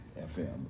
FM